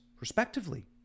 respectively